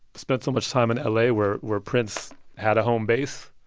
spent so much time in la, where where prince had a home base?